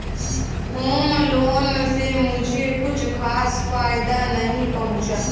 home loan से मुझे कुछ खास फायदा नहीं पहुंचा